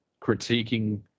critiquing